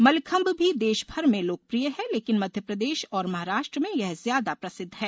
मलखम्ब भी देशमर में लोकप्रिय है लेकिन मध्य प्रदेश और महाराष्ट्र में यह ज्यादा प्रसिद्ध है